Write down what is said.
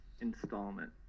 installment